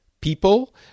people